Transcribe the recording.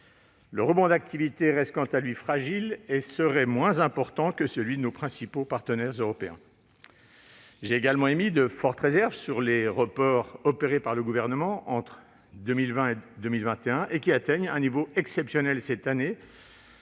Le rebond d'activité reste, quant à lui, fragile et serait moins important que celui de nos principaux partenaires européens. J'ai également émis de fortes réserves sur les reports opérés par le Gouvernement entre 2020 et 2021, qui atteignent un niveau exceptionnel cette année